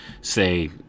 say